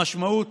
המשמעות,